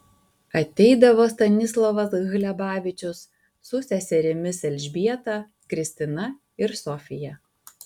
ateidavo stanislovas hlebavičius su seserimis elžbieta kristina ir sofija